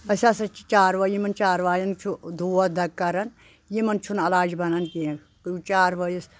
اسہِ ہسا چھِ چاروٲے یِمن چاروایَن چھُ دود دَگ کَران یِمَن چھُنہٕ علاج بَنان کینٛہہ چاروٲیِس